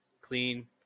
clean